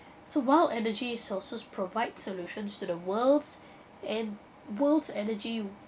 so while energy sources provide solutions to the worlds and world's energy